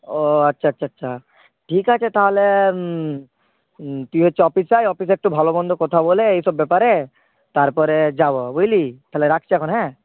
ও আচ্ছা আচ্ছা আচ্ছা ঠিক আছে তাহলে তুই হচ্ছে অফিসে আয় অফিসে একটু ভালো মন্দ কথা বলে এইসব ব্যাপারে তারপরে যাব বুঝলি তাহলে রাখছি এখন হ্যাঁ